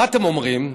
מה אתם אומרים?